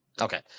Okay